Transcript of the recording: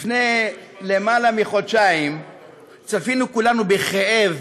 לפני למעלה מחודשיים צפינו כולנו בכאב